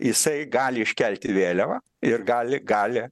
jisai gali iškelti vėliavą ir gali gali